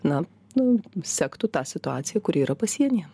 na nu sektų tą situaciją kuri yra pasienyje